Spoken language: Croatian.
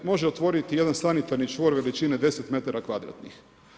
Može otvoriti jedan sanitarni čvor veličine 10 metara kvadratnih.